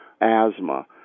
asthma